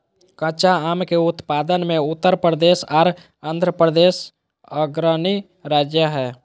कच्चा आम के उत्पादन मे उत्तर प्रदेश आर आंध्रप्रदेश अग्रणी राज्य हय